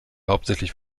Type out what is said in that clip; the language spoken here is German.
hauptsächlich